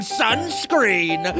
sunscreen